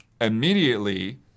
immediately